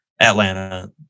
Atlanta